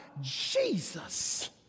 Jesus